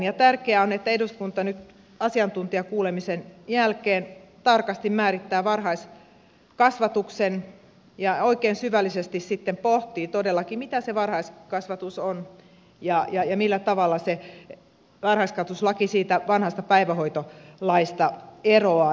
tärkeää on että eduskunta nyt asiantuntijakuulemisen jälkeen tarkasti määrittää varhaiskasvatuksen ja oikein syvällisesti sitten todellakin pohtii mitä se varhaiskasvatus on ja millä tavalla se varhaiskasvatuslaki siitä vanhasta päivähoitolaista eroaa